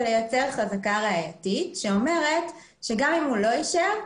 לייצר חזקה ראייתית שאומרת שגם אם הוא לא אישר,